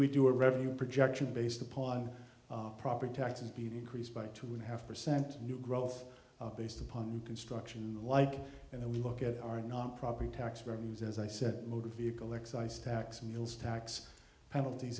we do a revenue projection based upon property taxes beat increase by two and a half percent new growth based upon construction like and then we look at our non property tax revenues as i said motor vehicle excise tax mules tax penalties